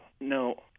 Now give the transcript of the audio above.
no